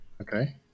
Okay